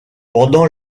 pendant